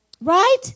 Right